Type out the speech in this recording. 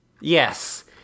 Yes